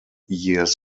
years